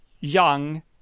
young